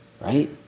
right